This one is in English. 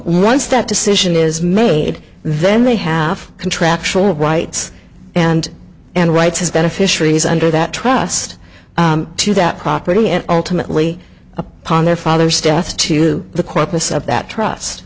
once that decision is made then they have contractual rights and and rights as beneficiaries under that trust to that property and ultimately upon their father's death to the corpus of that trust